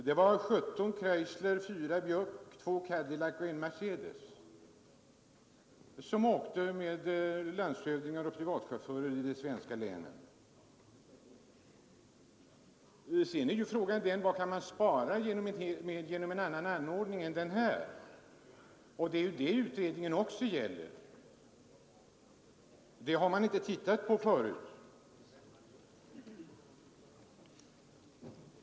Det var i 17 stycken Chrysler, fyra Buick, två Cadillac och en Mercedes med privatchaufförer, som landshövdingarna färdades. Sedan är frågan vad man kan spara genom en annan ordning än den här? Det är ju det utredningen också gäller. Detta har man inte tittat på förut.